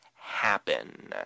happen